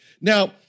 Now